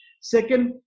Second